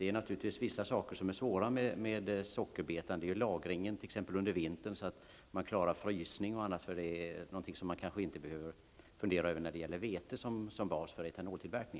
Det är naturligtvis vissa saker som innebär svårigheter när det gäller sockerbetan, t.ex. lagring under vintern, så att man klarar frysningen. Det är något som man inte behöver fundera över när det gäller vete som bas för etanoltillverkning.